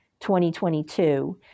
2022